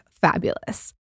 fabulous